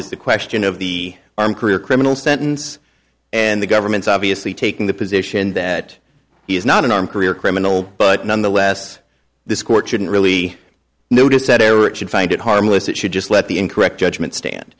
is the question of the arm career criminal sentence and the government's obviously taking the position that he is not an armed career criminal but nonetheless this court shouldn't really notice that error it should find it harmless it should just let the incorrect judgment stand